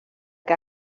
que